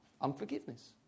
Unforgiveness